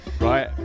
right